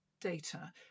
data